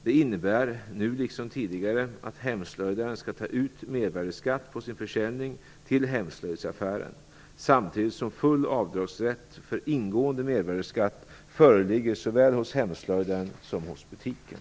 Det innebär, nu liksom tidigare, att hemslöjdaren skall ta ut mervärdesskatt på sin försäljning till hemslöjdsaffären, samtidigt som full avdragsrätt för ingående mervärdesskatt föreligger såväl hos hemslöjdaren som hos butiken.